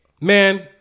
Man